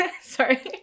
Sorry